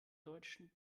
deutschen